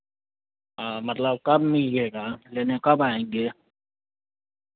हाँ मतलब कब मिलिएगा लेने कब आएंगे